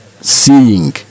seeing